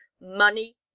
money